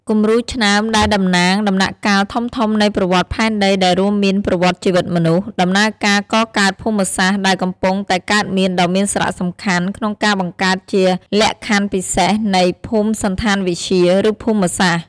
គំរូឆ្នើមដែលតំណាងដំណាក់កាលធំៗនៃប្រវត្តិផែនដីដែលរួមមានប្រវត្តិជីវិតមនុស្ស ដំណើរការកកើតភូមិសាស្រ្តដែលកំពុងតែកើតមានដ៏មានសារៈសំខាន់ក្នុងការបង្កើតជាលក្ខណពិសេសនៃភូមិសណ្ឋានវិទ្យា ឬភូមិសាស្រ្ត។